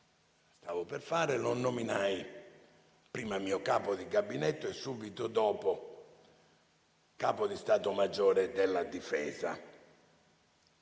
stavo per fare, lo nominai prima come mio capo di gabinetto e subito dopo Capo di stato maggiore dell'Esercito;